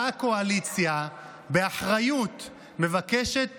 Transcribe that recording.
באה הקואליציה ובאחריות מבקשת